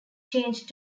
changed